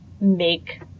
make